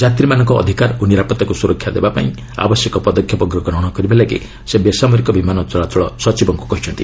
ଯାତ୍ରୀମାନଙ୍କର ଅଧିକାର ଓ ନିରାପତ୍ତାକୁ ସୁରକ୍ଷା ଦେବାପାଇଁ ଆବଶ୍ୟକ ପଦକ୍ଷେପ ଗ୍ରହଣ କରିବା ଲାଗି ସେ ବେସାମରିକ ବିମାନ ଚଳାଚଳ ସଚିବଙ୍କୁ କହିଛନ୍ତି